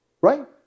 right